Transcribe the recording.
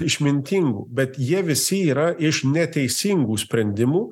išmintingų bet jie visi yra iš neteisingų sprendimų